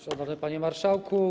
Szanowny Panie Marszałku!